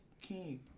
King